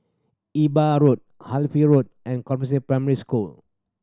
Imbiah Road Halifax Road and Compassvale Primary School